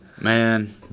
Man